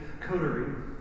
coterie